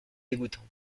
dégoûtant